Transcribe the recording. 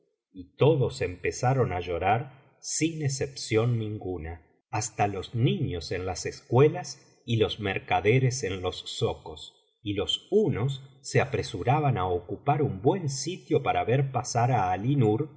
y todos empezaron á llorar sin excepción ninguna hasta los niños en las escuelas y los mercaderes en los zocos y los unos se apresuraban á ocupar un buen sitio para ver pasar á alí nur y